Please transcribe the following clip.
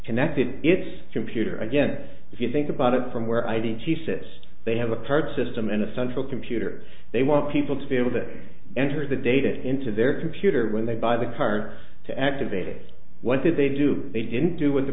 connected it's computer against if you think about it from where i did she says they have a card system in a central computer they want people to be able to enter the data into their computer when they buy the car to activate it what did they do they didn't do with the